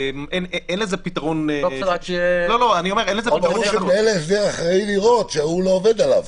אין לזה פתרון --- ברור שמנהל ההסדר אחראי לראות שההוא לא עובד עליו.